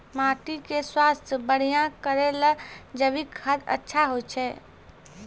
माटी के स्वास्थ्य बढ़िया करै ले जैविक खाद अच्छा होय छै?